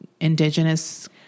indigenous